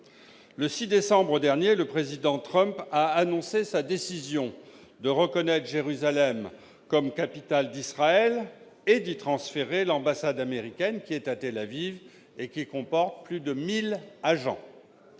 Le 6 décembre dernier, le président Trump a annoncé sa décision de reconnaître Jérusalem comme capitale d'Israël et d'y transférer l'ambassade américaine, qui se trouve actuellement à Tel-Aviv et compte plus de 1 000 agents.